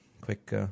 Quick